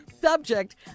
Subject